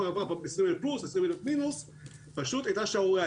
הייתה שערורייה.